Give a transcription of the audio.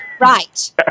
Right